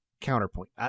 counterpoint